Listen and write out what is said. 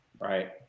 right